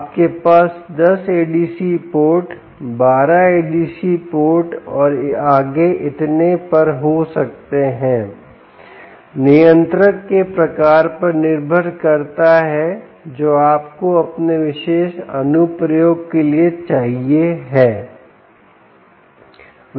आपके पास 10 ADC port 12 ADC port और आगे इतने पर हो सकते हैं नियंत्रक के प्रकार पर निर्भर करता है जो आपको अपने विशेष अनुप्रयोग के लिए चाहिए है